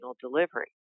delivery